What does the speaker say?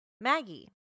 Maggie